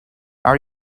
are